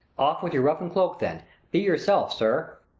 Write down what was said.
off with your ruff and cloak then be yourself, sir.